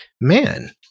man